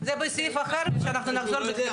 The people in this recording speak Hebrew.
נגיד שאנחנו מדברים על רב העיר של רמלה שהוא מתחיל